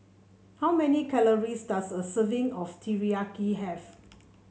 how many calories does a serving of Teriyaki have